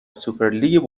سوپرلیگ